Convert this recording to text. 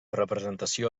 representació